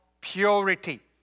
purity